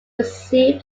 receive